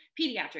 pediatrics